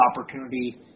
opportunity